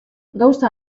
gauza